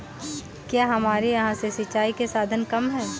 क्या हमारे यहाँ से सिंचाई के साधन कम है?